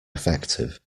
effective